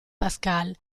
pascal